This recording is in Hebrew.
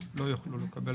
שלא יוכלו לקבל את המידע.